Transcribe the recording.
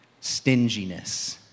stinginess